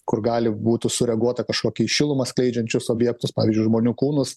kur gali būtų sureaguota kažkokį į šilumą skleidžiančius objektus pavyzdžiui žmonių kūnus